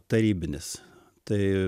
tarybinis tai